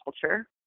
culture